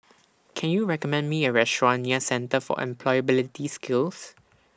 Can YOU recommend Me A Restaurant near Centre For Employability Skills